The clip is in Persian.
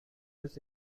روز